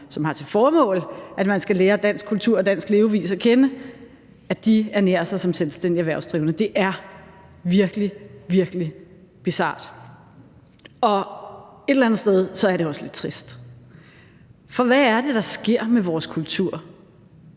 som har til formål, at man skal lære dansk kultur og dansk levevis at kende, ernærer sig som selvstændigt erhvervsdrivende. Det er virkelig, virkelig bizart, og et eller andet sted er det også lidt trist. For hvad er det, der sker med vores kultur,